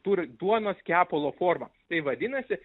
turi duonos kepalo formą tai vadinasi